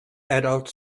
adult